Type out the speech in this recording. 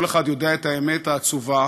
כל אחד יודע את האמת העצובה,